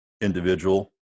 individual